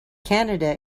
canada